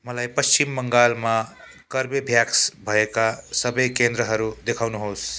मलाई पश्चिम बङ्गालमा कर्बेभ्याक्स भएका सबै केन्द्रहरू देखाउनुहोस्